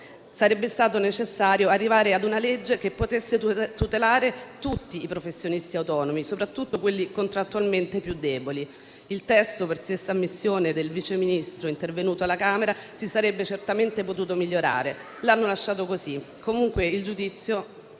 Sarebbe stato necessario arrivare a una legge che potesse tutelare tutti i professionisti autonomi, soprattutto quelli contrattualmente più deboli. Il testo, per stessa ammissione del Vice Ministro intervenuto alla Camera dei deputati, si sarebbe certamente potuto migliorare, ma è stato lasciato così.